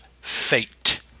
fate